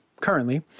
currently